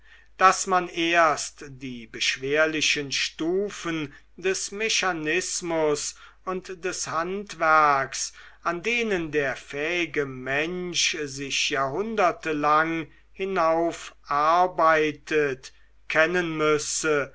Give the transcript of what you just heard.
daß man erst die beschwerlichen stufen des mechanismus und des handwerks an denen der fähige mensch sich jahrhundertelang hinaufarbeitet kennen müsse